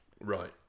Right